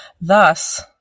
Thus